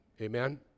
Amen